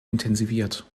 intensiviert